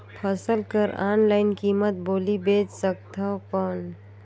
फसल कर ऑनलाइन कीमत बोली बेच सकथव कौन?